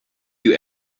you